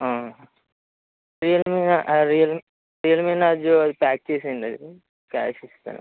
Realme అది Realme Realme అది నాకు ప్యాక్ చేసేయ్యండి అది క్యాష్ ఇస్తాను